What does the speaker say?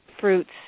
fruits